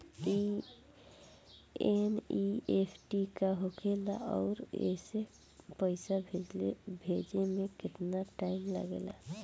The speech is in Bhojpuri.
एन.ई.एफ.टी का होखे ला आउर एसे पैसा भेजे मे केतना टाइम लागेला?